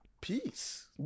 Peace